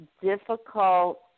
difficult